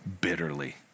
bitterly